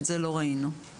את זה לא ראינו לצערי.